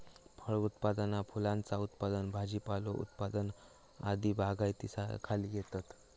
फळ उत्पादना फुलांचा उत्पादन भाजीपालो उत्पादन आदी बागायतीखाली येतत